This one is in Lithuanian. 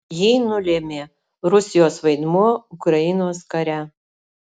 jį nulėmė rusijos vaidmuo ukrainos kare